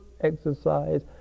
exercise